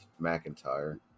McIntyre